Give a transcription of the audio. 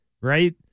right